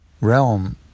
realm